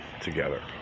together